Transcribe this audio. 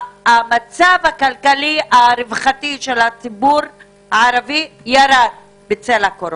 המצב הכלכלי הרווחתי של הציבור הערבי ירד בצל הקורונה.